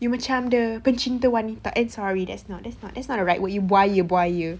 you macam the pencinta wanita eh sorry that's not that's not that's not the right word you buaya buaya